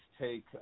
take –